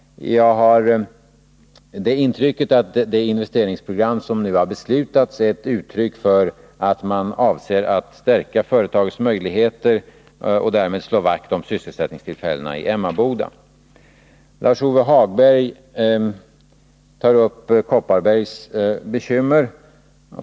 Jag har fått intrycket att det investeringsprogram som nu har beslutats innebär att man avser att stärka företagets möjligheter och därmed slå vakt om sysselsättningstillfällena i Emmaboda. Lars-Ove Hagberg tar upp Kopparbergs läns bekymmer.